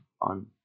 on